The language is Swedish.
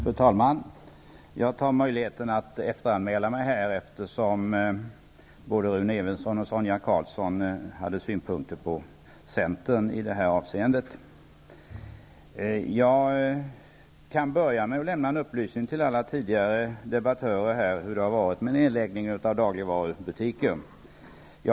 Fru talman! Jag tar möjligheten att efteranmäla mig till debatten, eftersom både Rune Evensson och Sonia Karlsson hade synpunkter på centern i detta avseende. Jag kan börja med att lämna en upplysning till alla debattörer om hur det har varit med nedläggningar av dagligvarubutiker.